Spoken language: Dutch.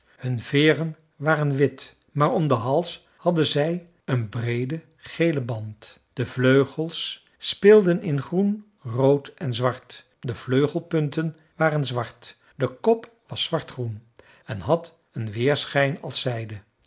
hun veeren waren wit maar om den hals hadden zij een breeden gelen band de vleugels speelden in groen rood en zwart de vleugelpunten waren zwart de kop was zwartgroen en had een weerschijn als zijde